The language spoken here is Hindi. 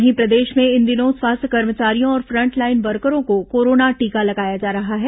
वहीं प्रदेश में इन दिनों स्वास्थ्य कर्मियों और फंटलाइन वर्करों को कोरोना टीका लगाया जा रहा है